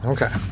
Okay